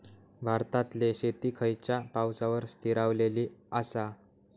भारतातले शेती खयच्या पावसावर स्थिरावलेली आसा?